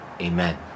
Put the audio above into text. Amen